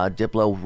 diplo